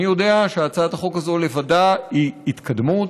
אני יודע שהצעת החוק הזאת לבדה היא התקדמות.